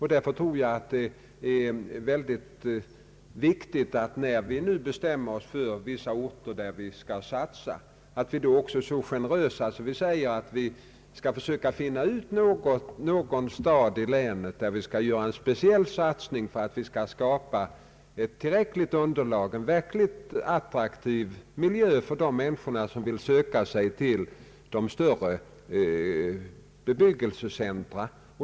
När vi nu skall bestämma oss för vissa orter som vi skall satsa på, är det viktigt att vi då också är så generösa att vi försöker finna någon stad i länet där vi med en speciell satsning kan skapa tillräckligt underlag för att få till stånd en attraktiv miljö för de människor som vill söka sig till större bebyggelsecentra.